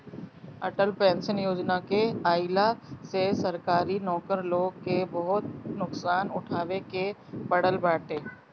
Atal pension Yojana के आईला से सरकारी नौकर लोग के बहुते नुकसान उठावे के पड़ल बाटे